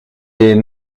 est